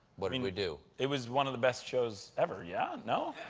what'd we do? it was one of the best shows ever. yeah? no?